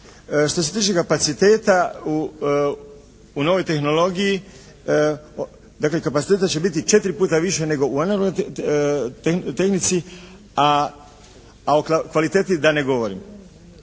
Što se tiče kapaciteta u novoj tehnologiji dakle kapaciteta će biti 4 puta više nego u … /Govornik se ne razumije./ … tehnici, a o kvaliteti da ne govorim.